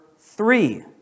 three